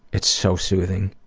it's so soothing.